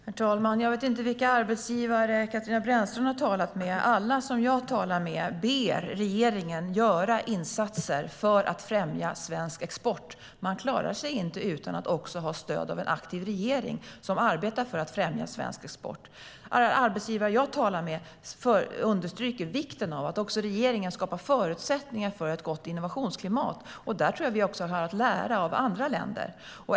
Herr talman! Jag vet inte vilka arbetsgivare Katarina Brännström har talat med. Alla jag talar med ber regeringen göra insatser för att främja svensk export. Man klarar sig inte utan stöd från en aktiv regering som arbetar för att främja svensk export. Arbetsgivare jag talar med understryker också vikten av att regeringen skapar förutsättningar för ett gott innovationsklimat, och där tror jag att vi också har att lära av andra länder.